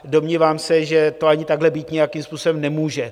Domnívám se, že to ani takhle být nějakým způsobem nemůže.